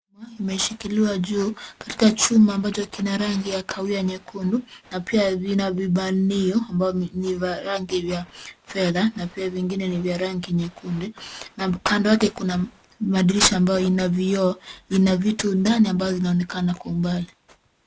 imeshikiliwa juu katika chuma ambacho kina rangi ya kahawia nyekundu na pia vina vibanio ambavyo ni vya rangi vya fedha na pia vingine ni vya rangi nyekundu na kando yake kuna madirisha ambavyo ina vioo, ina vitu ndani ambayo inaonekana kwa mbali.